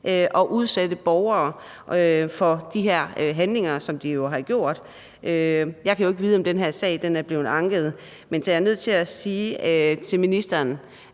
og udsætte borgerne for de her handlinger, som de jo har gjort. Jeg kan jo ikke vide, om den her sag er blevet anket, men jeg er nødt til at sige til ministeren,